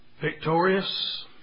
victorious